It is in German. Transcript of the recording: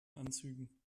anzügen